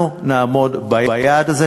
אנחנו נעמוד ביעד הזה.